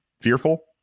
fearful